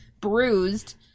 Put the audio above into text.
bruised